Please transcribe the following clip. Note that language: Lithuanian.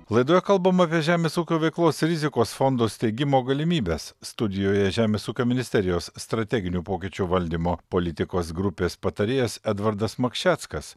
laidoje kalbam apie žemės ūkio veiklos rizikos fondo steigimo galimybes studijoje žemės ūkio ministerijos strateginių pokyčių valdymo politikos grupės patarėjas edvardas makšeckas